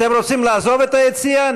אתם רוצים לעזוב את היציע?